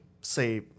say